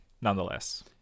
nonetheless